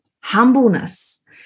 Humbleness